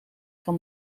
van